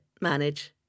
Manage